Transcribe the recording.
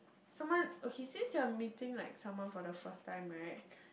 someone okay since you're meeting like someone for the first time right